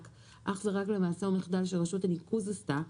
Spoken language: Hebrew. אך ורק למעשה או מחדל שרשות הניקוז עשתה,